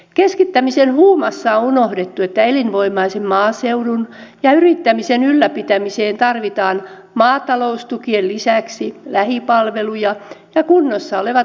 keskittämisen huumassa on unohdettu että elinvoimaisen maaseudun ja yrittämisen ylläpitämiseen tarvitaan maataloustukien lisäksi lähipalveluja ja kunnossa olevat liikenneyhteydet